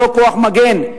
בלא כוח מגן,